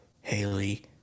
Haley